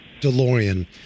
DeLorean